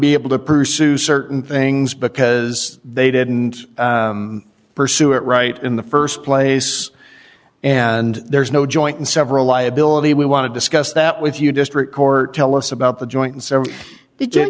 be able to pursue certain things because they didn't pursue it right in the st place and there's no joint and several liability we want to discuss that with you district court tell us about the joint and s